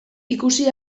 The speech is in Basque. ikusi